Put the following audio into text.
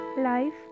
Life